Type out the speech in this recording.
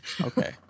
Okay